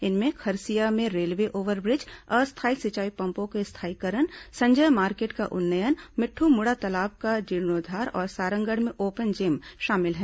इनमें खरसिया में railway overbridge अस्थायी सिंचाई पम्पों के स्थायीकरण संजय मार्केट का उन्नयन मिट्ढ्मुड़ा तालाब का जीर्णोद्वार और सारंगढ़ में ओपन जिम शामिल हैं